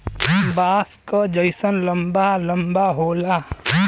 बाँस क जैसन लंबा लम्बा होला